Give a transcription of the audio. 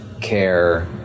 care